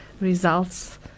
results